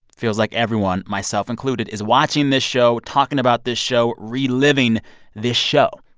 feels like everyone, myself included, is watching this show, talking about this show, reliving this show.